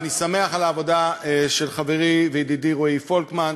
ואני שמח על העבודה של חברי וידידי רועי פולקמן,